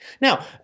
Now